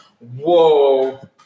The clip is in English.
Whoa